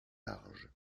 large